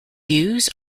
views